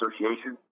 Association